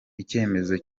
icyemezo